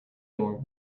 nor